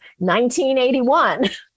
1981